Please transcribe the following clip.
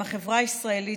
שבהם החברה הישראלית,